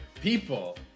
people